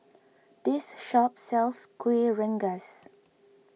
this shop sells Kuih Rengas